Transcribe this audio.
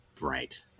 right